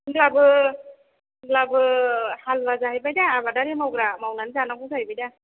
होनब्लाबो होनब्लाबो हालुवा जाहैबायदा आबादारि मावग्रा मावनानै जानांगौ जाहैबायदा